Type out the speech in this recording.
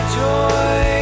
joy